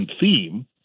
theme